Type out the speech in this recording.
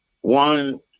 One